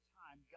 time